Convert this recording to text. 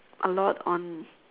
a lot on